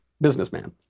businessman